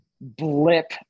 blip